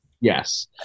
yes